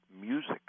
music